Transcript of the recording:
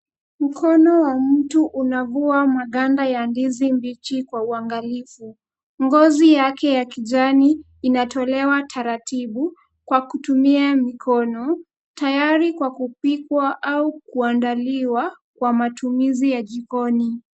Mkono wa mtu unavua maganda ya ndizi mbichi kwa uangalifu. Ngozi yake ya kijani inatolewa taratibu kwa kutumia mikono, tayari kwa kupikwa au kuandaliwa kwa matumizi ya jikoni.